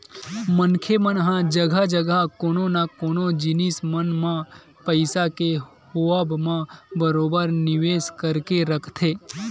मनखे मन ह जघा जघा कोनो न कोनो जिनिस मन म पइसा के होवब म बरोबर निवेस करके रखथे